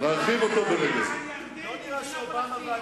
להרחיב אותו ברגע זה זה לא כי אתם רואים עין בעין,